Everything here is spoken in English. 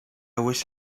wish